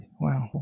Wow